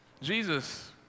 Jesus